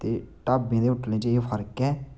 ते ढाबे ते होटलें च एह् फर्क ऐ